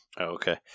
Okay